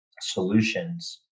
solutions